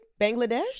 Bangladesh